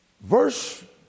Verse